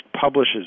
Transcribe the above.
publishes